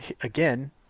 again